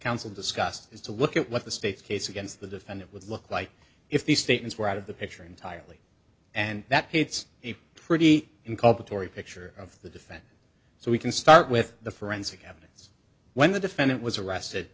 counsel discussed is to look at what the state's case against the defendant would look like if the statements were out of the picture entirely and that it's a pretty inculpatory picture of the defendant so we can start with the forensic evidence when the defendant was arrested